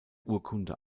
urkunde